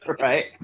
Right